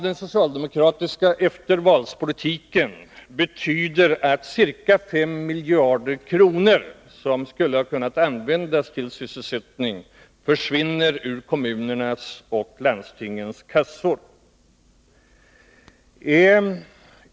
Den socialdemokratiska eftervalspolitiken får till effekt att ca 5 miljarder kronor, som skulle ha kunnat användas till sysselsättning, försvinner ur kommunernas och landstingens kassor.